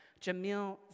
Jamil